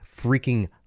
freaking